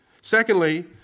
Secondly